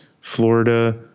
Florida